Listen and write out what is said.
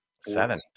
seven